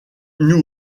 nous